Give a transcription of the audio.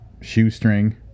shoestring